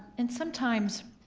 and sometimes